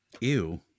Ew